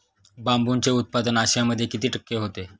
बांबूचे उत्पादन आशियामध्ये किती टक्के होते?